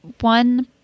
One